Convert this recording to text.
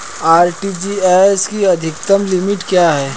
RTGS की अधिकतम limit क्या है?